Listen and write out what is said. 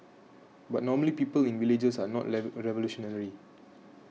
but normally people in villages are not revolutionary